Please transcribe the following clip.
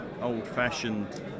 old-fashioned